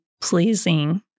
pleasing